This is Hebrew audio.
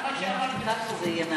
אני מבטיחה שזה יהיה מעניין.